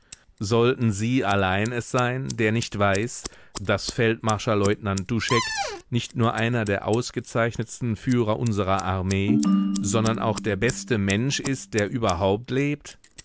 sollten sie allein es sein der nicht weiß daß feldmarschalleutnant duschek nicht nur einer der ausgezeichnetsten führer unserer armee sondern auch der beste mensch ist der überhaupt lebt